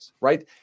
right